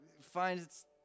finds